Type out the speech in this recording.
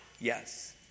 yes